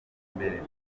imbere